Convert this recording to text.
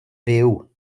fyw